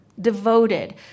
devoted